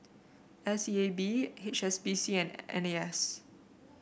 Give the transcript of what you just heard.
S E A B H S B C and N A S